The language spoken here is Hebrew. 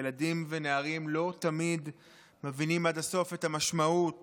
ילדים ונערים לא תמיד מבינים עד הסוף את המשמעות